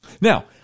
Now